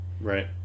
Right